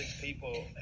people